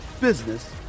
business